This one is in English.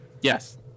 Yes